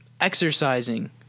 exercising